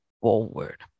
forward